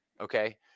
Okay